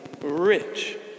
rich